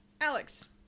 Alex